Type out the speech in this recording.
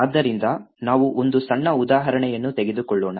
ಆದ್ದರಿಂದ ನಾವು ಒಂದು ಸಣ್ಣ ಉದಾಹರಣೆಯನ್ನು ತೆಗೆದುಕೊಳ್ಳೋಣ